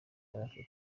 yari